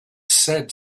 said